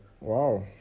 Wow